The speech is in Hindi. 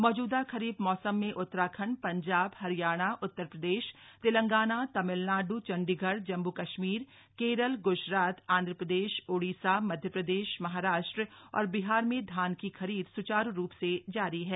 मौजूदा खरीफ मौसम में उत्तराखंड पंजाब हरियाणा उत्तर प्रदेश तेलंगाना तमिलनाडु चंडीगढ़ जम्मू कश्मीर केरल ग्जरात आंध प्रदेश ओडिसा मध्य प्रदेश महाराष्ट्र और बिहार में धान की खरीद सुचारू रूप से जारी है